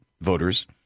voters